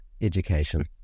education